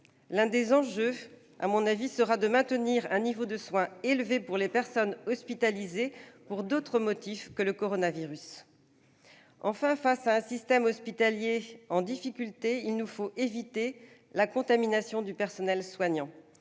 L'un des enjeux sera de maintenir un niveau de soins élevé pour les personnes hospitalisées pour d'autres motifs que le coronavirus. Enfin, face à un système hospitalier en difficulté, il nous faut éviter la contamination du personnel soignant.